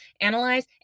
analyze